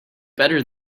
better